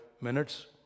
minutes